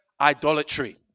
idolatry